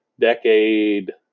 decade